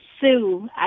Sue